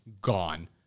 gone